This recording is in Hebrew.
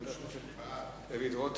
נוסיף את חבר הכנסת דוד רותם,